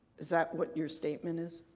is that what your statement is?